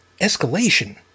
escalation